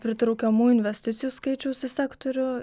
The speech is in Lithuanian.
pritraukiamų investicijų skaičiaus į sektorių